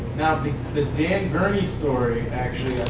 the the dan gurney story, actually,